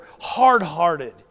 hard-hearted